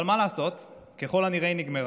אבל מה לעשות, ככל הנראה היא נגמרה.